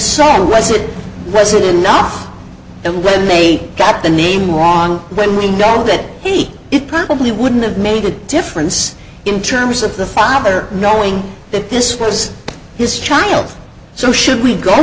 i was it wasn't enough that when they got the name wrong when we know that he it probably wouldn't have made a difference in terms of the father knowing that this was his child so should we go